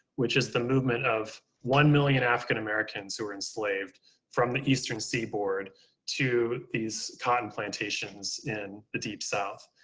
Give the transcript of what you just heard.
which is the movement of one million african americans who are enslaved from the eastern seaboard to these cotton plantations in the deep south.